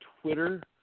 Twitter